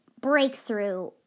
breakthrough